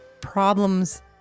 problems